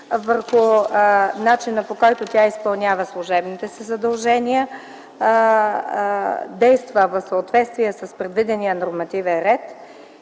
върху начина, по който изпълнява служебните си задължения, действа в съответствие с предвидения нормативен ред